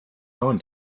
non